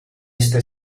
este